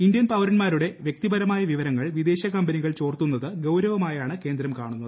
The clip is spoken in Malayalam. ഇന്ത്യൻ പൌരന്മാരുടെ വ്യക്തിപരമായ വിവരങ്ങൾ വിദേശകമ്പനികൾ ചോർത്തുന്നത് ഗൌരവമായാണ് കേന്ദ്രം കാണുന്നത്